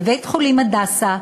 בבית-חולים "הדסה"